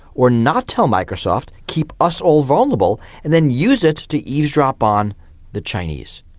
or not tell microsoft, keep us all vulnerable, and then use it to eavesdrop on the chinese?